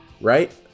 right